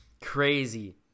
crazy